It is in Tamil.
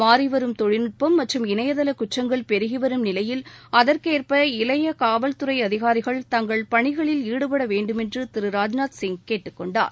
மாறிவரும் தொழில்நுட்பம் மற்றும் இணையதள குற்றங்கள் பெருகிவரும் நிலையில் அகற்கேற்ப இளைய காவல்துறை அதிகாரிகள் தங்கள் பணிகளில் ஈடுபட வேண்டுமென்று திரு ராஜ்நாத் சிங் கேட்டுக்கொண்டார்